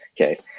okay